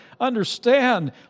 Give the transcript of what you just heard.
understand